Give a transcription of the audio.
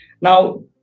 Now